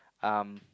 um